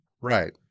Right